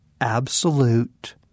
absolute